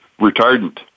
Retardant